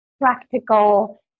practical